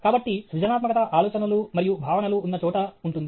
కాబట్టి సృజనాత్మకత ఆలోచనలు మరియు భావనలు ఉన్న చోట ఉంటుంది